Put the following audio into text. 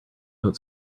don’t